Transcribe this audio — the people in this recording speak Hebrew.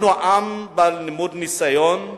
אנחנו עם למוד ניסיון,